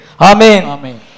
Amen